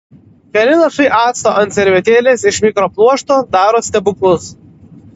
keli lašai acto ant servetėlės iš mikropluošto daro stebuklus